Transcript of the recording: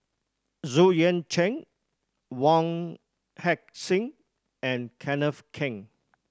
Xu Yuan Zhen Wong Heck Sing and Kenneth Keng